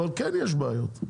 אבל כן יש בעיות,